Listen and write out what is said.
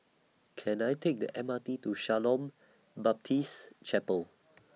Can I Take The M R T to Shalom Baptist Chapel